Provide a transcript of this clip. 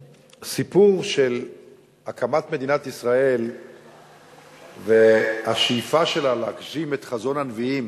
הסיפור של הקמת מדינת ישראל והשאיפה שלה להגשים את חזון הנביאים,